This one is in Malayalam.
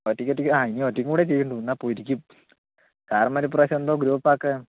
ഒറ്റയ്ക്കൊറ്റയ്ക്ക് ആ ഇനി ഒറ്റയ്ക്കും കൂടിയേ ചെയ്യണ്ടൂ എന്നാൽ പൊരിക്കും സാറന്മാർ ഇപ്പ്രാവശ്യം എന്തോ ഗ്രൂപ്പാക്കുകയാണ്